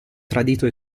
tradito